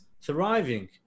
thriving